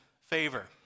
favor